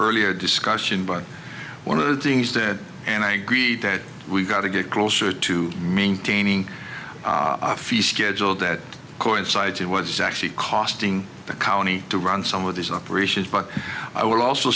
earlier discussion but one of the things that and i agree that we've got to get closer to maintaining a fee schedule that coincided she was actually costing the county to run some of these operations but i will also